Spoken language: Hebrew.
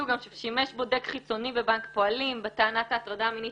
ששימש בודק חיצוני בבנק פועלים בהטרדת ההטרדה מינית